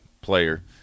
player